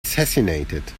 assassinated